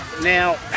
Now